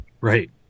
Right